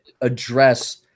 address